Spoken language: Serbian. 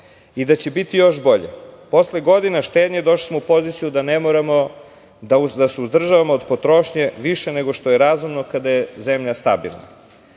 i da će biti još bolje. Posle godina štednje, došli smo u poziciju da ne moramo da se uzdržavamo od potrošnje više nego što je razumno kada je zemlja stabilna. Danas